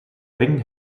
ring